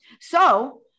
So-